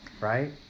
right